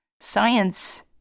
Science